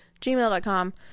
gmail.com